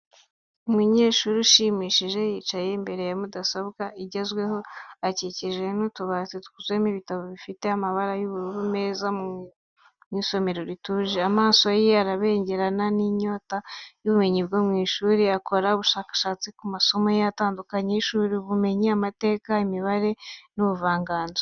Umunyeshuri ushimishije yicaye imbere ya mudasobwa igezweho, akikijwe n'utubati twuzuyemo ibitabo bifite amabara y’ubururu meza mu isomero rituje. Amaso ye arabengerana n’inyota y’ubumenyi bwo mu ishuri, akora ubushakashatsi ku masomo atandukanye y’ishuri: ubumenyi, amateka, imibare, n’ubuvanganzo.